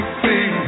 see